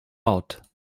out